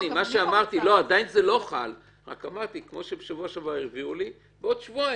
לא, לא.